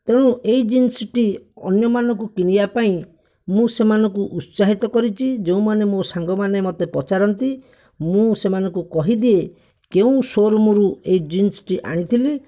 ତେଣୁ ଏହି ଜିନ୍ସ୍ଟି ଅନ୍ୟମାନଙ୍କୁ କିଣିବା ପାଇଁ ମୁଁ ସେମାନଙ୍କୁ ଉତ୍ସାହିତ କରିଛି ସେମାନେ ମୋ ସାଙ୍ଗମାନେ ମୋତେ ପଚାରନ୍ତି ମୁଁ ସେମାନଙ୍କୁ କହିଦିଏ କେଉଁ ସୋରୁମ୍ରୁ ଏହି ଜିନ୍ସ୍ଟି ଆଣିଥିଲି